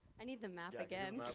i need the map again.